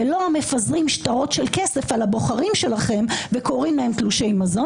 ולא מפזרים שטרות של כסף על הבוחרים שלכם וקוראים להם "תלושי מזון",